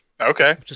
Okay